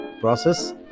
process